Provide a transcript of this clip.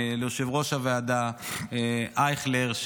ליושב-ראש הוועדה אייכלר,